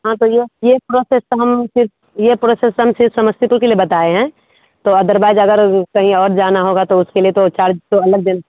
हाँ कहिए यह प्रोसेस तो हम सिर्फ़ यह प्रोसेस तो हम सिर्फ़ समस्तीपुर के लिए बताए हैं तो अदरवाइज़ अगर कहीं और जाना होगा तो उसके लिए तो चार्ज तो अलग देन